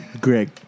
Greg